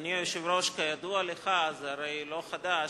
אדוני היושב-ראש, כידוע לך, זה הרי לא חדש,